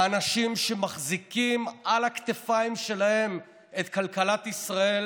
האנשים שמחזיקים על הכתפיים שלהם את כלכלת ישראל